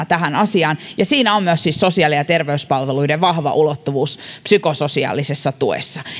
tähän asiaan siinä on myös siis sosiaali ja terveyspalveluiden vahva ulottuvuus psykososiaalisen tuen